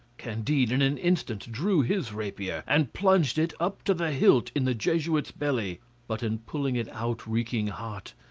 candide in an instant drew his rapier, and plunged it up to the hilt in the jesuit's belly but in pulling it out reeking hot,